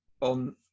on